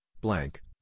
blank